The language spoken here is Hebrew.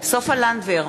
סופה לנדבר,